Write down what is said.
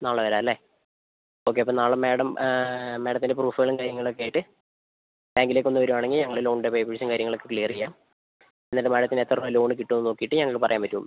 നാളെ വരാം അല്ലേ ഓക്കെ അപ്പം നാളെ മേഡം മേഡത്തിൻ്റെ പ്രൂഫുകളും കാര്യങ്ങളും ഒക്കെ ആയിട്ട് ബാങ്കിലേക്കൊന്ന് വരുവാണെങ്കിൽ ഞങ്ങൾ ലോണിൻ്റെ പേപ്പേഴ്സും കാര്യങ്ങളും ഒക്കെ ക്ലിയർ ചെയ്യാം എന്നിട്ട് മാഡത്തിന് എത്ര രൂപ ലോൺ കിട്ടുമെന്ന് നോക്കിയിട്ട് ഞങ്ങൾ പറയാൻ പറ്റുള്ളൂ